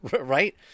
Right